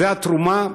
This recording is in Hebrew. זו התרומה,